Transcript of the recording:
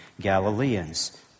Galileans